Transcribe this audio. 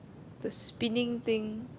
the spinning thing